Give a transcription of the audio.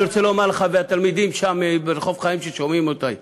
אני רוצה לומר לך ולתלמידים שם ברחוב חיים ששומעים אותי: